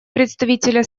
представителя